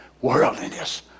worldliness